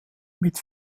mit